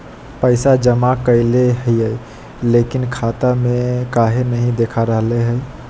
पैसा जमा कैले हिअई, लेकिन खाता में काहे नई देखा रहले हई?